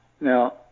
Now